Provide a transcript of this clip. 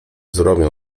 zrobią